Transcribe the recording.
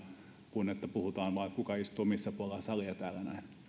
kuin että puhutaan vain että kuka istuu missäkin puolella salia täällä